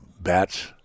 Bats